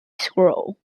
scroll